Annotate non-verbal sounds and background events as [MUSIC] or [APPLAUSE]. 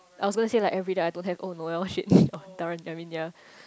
I was gonna say like everyday I don't have oh Noel shit [LAUGHS] oh Darren I mean ya